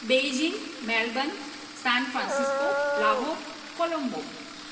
Beijing Melbourne San Francisco Lahore Colombo